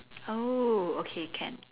oh okay can